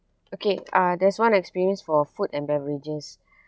okay uh there's one experience for food and beverages